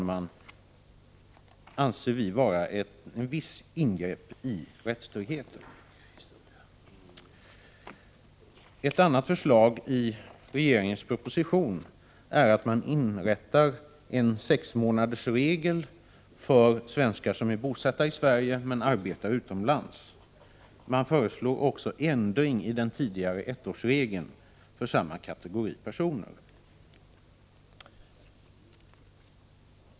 Detta anser vi vara ett visst ingrepp i rättstryggheten. Ett annat förslag i regeringens proposition är att man inför en sexmånadersregel för svenskar, som är bosatta i Sverige men arbetar utomlands. Man föreslår också ändringar i den tidigare ettårsregeln för samma kategori personer.